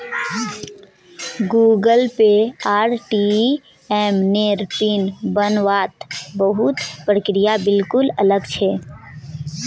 Google Pay आर ATM नेर PIN बन वात बहुत प्रक्रिया बिल्कुल अलग छे